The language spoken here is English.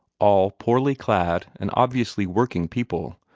all poorly clad and obviously working people,